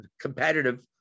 Competitive